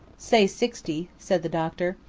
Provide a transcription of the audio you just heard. say sixty, said the doctor.